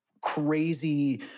crazy